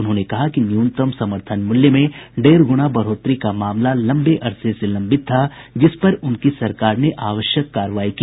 उन्होंने कहा कि न्यूनतम समर्थन मूल्य में डेढ़ गुणा बढ़ोतरी का मामला लंबे अरसे से लंबित था जिस पर उनकी सरकार ने आवश्यक कार्रवाई की